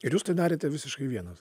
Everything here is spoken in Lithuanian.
ir jūs tai darėte visiškai vienas